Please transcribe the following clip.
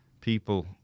people